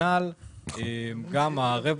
הם העלו